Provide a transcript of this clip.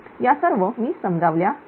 या सर्व मी समजावल्या आहेत